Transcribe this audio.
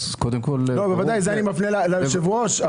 זה אני מפנה ליושב-ראש,